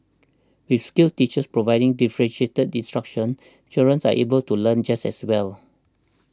with skilled teachers providing differentiated instruction children are able to learn just as well